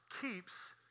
keeps